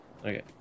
Okay